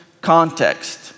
context